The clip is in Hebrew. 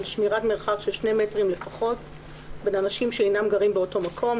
על שמירת מרחק של 2 מטרים לפחות בין אנשים שאינם גרים באותו מקום,